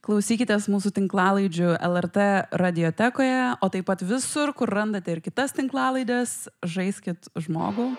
klausykitės mūsų tinklalaidžių lrt radiotekoje o taip pat visur kur randate ir kitas tinklalaides žaiskit žmogų